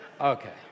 Okay